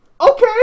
Okay